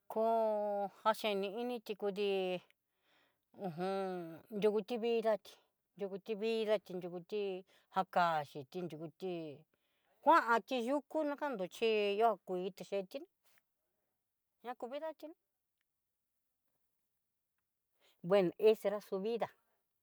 Koo jaxhene inixhi kudi uj nrukuti vida í nrukuti vida xhí nrukuti jakanxi tí nrukuti kuanti yukú nakandó chí ya kuii cheté tí ña kú vidatin, nueno esa era su vida.